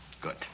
Good